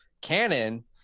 Canon